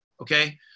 Okay